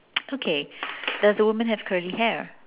okay does the woman have curly hair